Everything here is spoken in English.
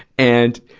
and,